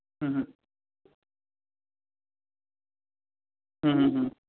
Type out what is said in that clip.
હા હા હા હા હા